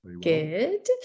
Good